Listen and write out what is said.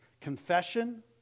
confession